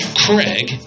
craig